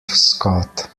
scott